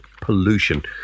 pollution